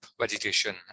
vegetation